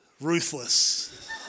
Ruthless